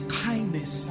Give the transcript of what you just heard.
kindness